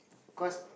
cause